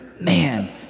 man